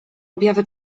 objawy